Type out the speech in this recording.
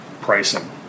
pricing